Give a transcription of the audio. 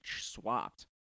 swapped